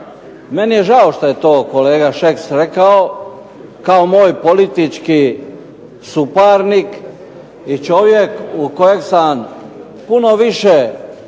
meni je žao što je to kolega Šeks rekao, kao moj politički suparnik, i čovjek u kojeg sam puno više da